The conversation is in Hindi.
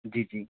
जी जी